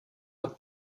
hat